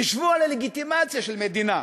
חשבו על הלגיטימציה של מדינה